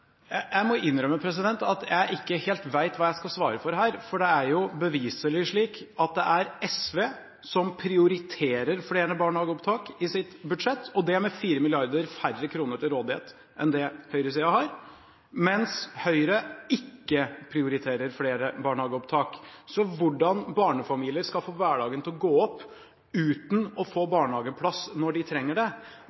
Jeg må innrømme at jeg ikke helt vet hva jeg skal svare for her, for det er beviselig slik at det er SV som prioriterer flere barnehageopptak i sitt budsjett, og det med 4 milliarder færre kroner til rådighet enn det høyresiden har, mens Høyre ikke prioriterer flere barnehageopptak. Så hvordan barnefamilier skal få hverdagen til å gå opp uten å få